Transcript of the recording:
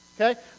Okay